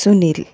Sunil